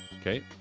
Okay